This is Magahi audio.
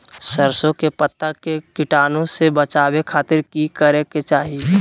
सरसों के पत्ता के कीटाणु से बचावे खातिर की करे के चाही?